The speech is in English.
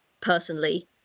personally